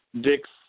Dix